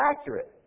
accurate